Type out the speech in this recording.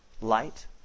light